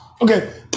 Okay